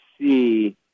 see